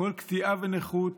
כל קטיעה ונכות